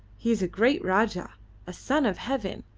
he is a great rajah a son of heaven!